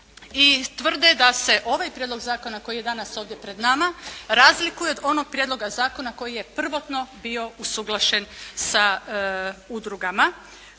i tvrde da se ovaj Prijedlog zakona koji je danas ovdje pred nama razlikuje od onog Prijedloga zakona koji je prvotno bio usuglašen sa udrugama,